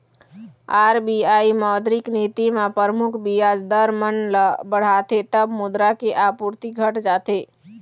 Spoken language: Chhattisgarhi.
आर.बी.आई मौद्रिक नीति म परमुख बियाज दर मन ल बढ़ाथे तब मुद्रा के आपूरति घट जाथे